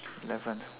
eleventh